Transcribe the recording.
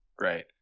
Right